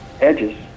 edges